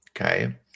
Okay